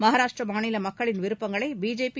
மகாராஷ்டிரா மாநில மக்களின் விருப்பங்களை பிஜேபி